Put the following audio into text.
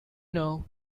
know